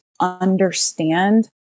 understand